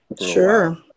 sure